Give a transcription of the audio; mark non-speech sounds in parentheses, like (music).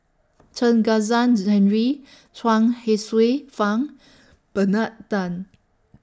(noise) Chen Kezhan's Henri Chuang Hsueh Fang Bernard Tan